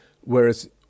Whereas